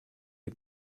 you